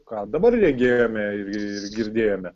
ką dabar regėjome ir girdėjome